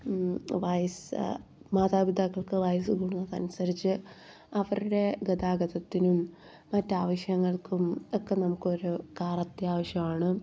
വയസ്സായ മാതാപിതാക്കൾക്ക് വയസ്സ് കൂടുന്നതിനനുസരിച്ച് അവരുടെ ഗതാഗതത്തിനും മറ്റ് ആവശ്യങ്ങൾക്കും ഒക്കെ നമുക്ക് ഒരു കാറ് അത്യാവശ്യാണ്